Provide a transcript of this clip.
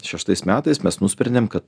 šeštais metais mes nusprendėm kad